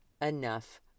enough